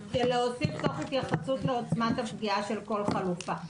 להוסיף: תוך התייחסות לעוצמת הפגיעה של כל חלופה,